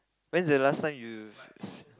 when is the last time you s~